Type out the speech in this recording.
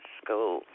school